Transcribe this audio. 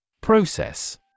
Process